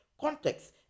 context